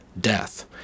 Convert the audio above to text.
death